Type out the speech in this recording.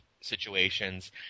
situations